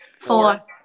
four